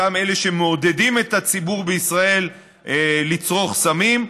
אותם אלה שמעודדים את הציבור בישראל לצרוך סמים,